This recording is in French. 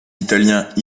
italiens